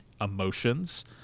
emotions